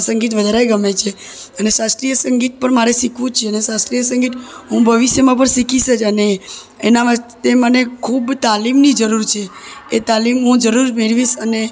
સંગીત વધારે ગમે છે અને શાસ્ત્રીય સંગીત પણ મારે શીખવું જ છે અને શાસ્ત્રીય સંગીત હું ભવિષ્યમાં પર શીખીશ જ અને એનામાં તે મને ખૂબ તાલીમની જરૂર છે એ તાલીમ હું જરૂર મેળવીશ અને